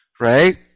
right